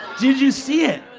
did you see it?